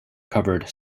covered